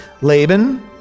Laban